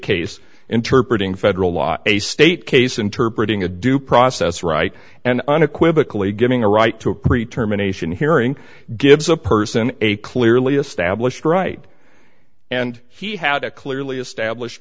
case interpret in federal law a state case interpret ing a due process right and unequivocal a giving a right to a pre term a nation hearing gives a person a clearly established right and he had a clearly established